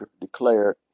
Declared